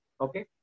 Okay